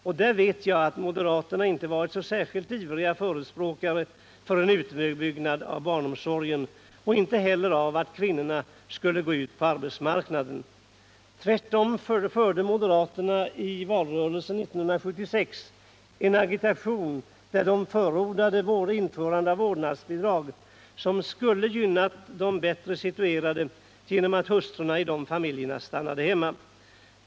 Och jag vet att moderaterna inte varit särskilt ivriga förespråkare för en utbyggnad av barnomsorgen, inte heller för att kvinnorna skall gå ut på arbetsmarknaden. Tvärtom förde moderaterna i valrörelsen 1976 en agitation där de förordade införande av vårdnadsbidrag, som skulle ha gynnat de bättre situerade genom att hustrun i de familjerna stannade hemma.